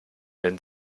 denn